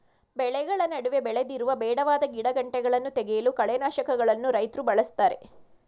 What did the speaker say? ಬೆಳೆಗಳ ನಡುವೆ ಬೆಳೆದಿರುವ ಬೇಡವಾದ ಗಿಡಗಂಟೆಗಳನ್ನು ತೆಗೆಯಲು ಕಳೆನಾಶಕಗಳನ್ನು ರೈತ್ರು ಬಳ್ಸತ್ತರೆ